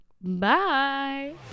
Bye